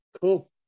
Cool